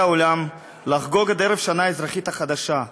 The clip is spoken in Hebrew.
העולם לחגוג את ערב השנה האזרחית החדשה,